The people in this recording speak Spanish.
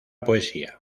poesía